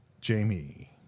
Jamie